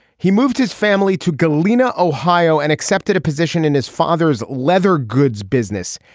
he moved his family to galena ohio and accepted a position in his father's leather goods business.